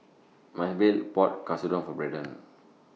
Maebelle bought Katsudon For Braydon